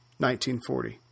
1940